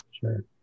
sure